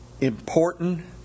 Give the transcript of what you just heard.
important